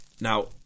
Now